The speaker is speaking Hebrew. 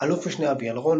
אל"מ אביאל רון,